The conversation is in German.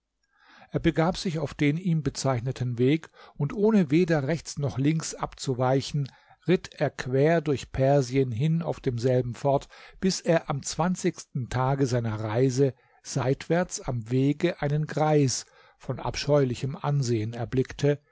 er begab sich auf den ihm bezeichneten weg und ohne weder rechts noch links abzuweichen ritt er quer durch persien hin auf demselben fort bis er am zwanzigsten tage seiner reise seitwärts am wege einen greis von abscheulichem ansehen erblickte